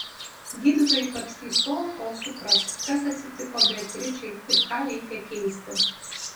gydytojai kapstys tol kol supras kas atsitiko beatričei ir ką reikia keisti